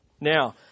now